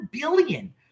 billion